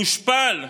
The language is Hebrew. מושפל,